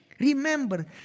Remember